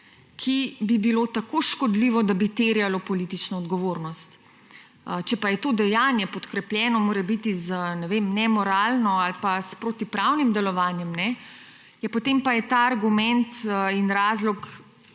ki bi bilo tako škodljivo, da bi terjalo politično odgovornost. Če pa je to dejanje podkrepljeno morebiti z, ne vem, nemoralno ali pa s protipravnim delovanjem, ja, potem pa je ta argument in razlog